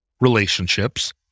relationships